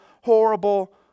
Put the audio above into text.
horrible